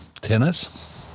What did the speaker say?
Tennis